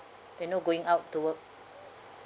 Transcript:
you know going out to work